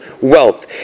wealth